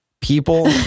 People